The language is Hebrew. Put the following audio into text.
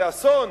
זה אסון,